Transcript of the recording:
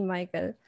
Michael